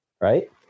right